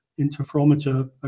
interferometer